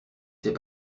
c’est